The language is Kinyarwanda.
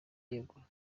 yegura